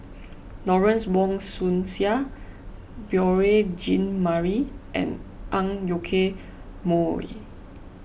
Lawrence Wong Shyun Tsai Beurel Jean Marie and Ang Yoke Mooi